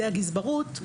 עובדי הגזברות,